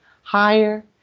higher